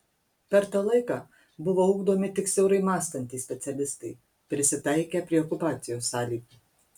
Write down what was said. per tą laiką buvo ugdomi tik siaurai mąstantys specialistai prisitaikę prie okupacijos sąlygų